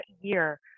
year